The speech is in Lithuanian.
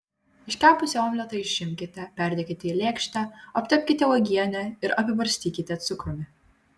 iškepusį omletą išimkite perdėkite į lėkštę aptepkite uogiene ir apibarstykite cukrumi